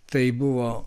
tai buvo